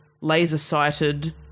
laser-sighted